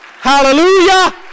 Hallelujah